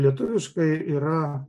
lietuviškai yra